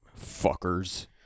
fuckers